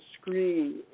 screen